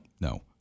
no